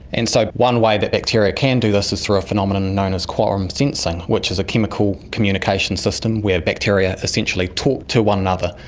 and so one way the bacteria can do this is through a phenomenon known as quorum sensing, which is a chemical communication system where bacteria essentially talk to one another.